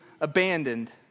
abandoned